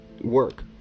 work